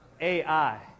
AI